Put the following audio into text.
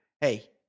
Hey